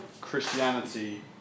Christianity